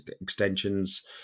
extensions